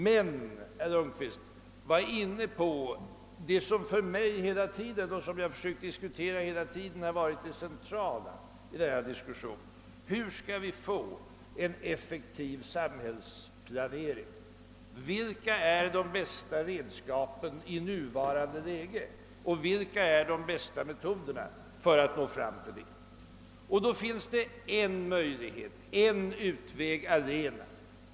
Men herr Lundkvist var inne på den fråga som jag har försökt diskutera hela tiden och som för mig hela tiden varit det centrala i denna diskussion: Hur skall vi få en effektiv samhällsplanering? Vilka är i nuvarande läge de bästa redskapen och de bästa metoderna för att åstadkomma en sådan?